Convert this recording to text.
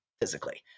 physically